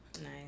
Nice